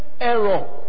error